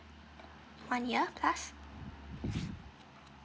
one year plus